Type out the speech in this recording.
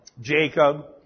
Jacob